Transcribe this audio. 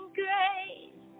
grace